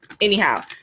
anyhow